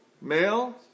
Male